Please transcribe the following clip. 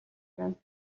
байна